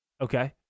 okay